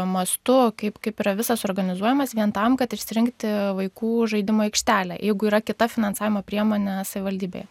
mastu kaip kaip yra visas organizuojamas vien tam kad išsirinkti vaikų žaidimų aikštelę jeigu yra kita finansavimo priemonė savivaldybėje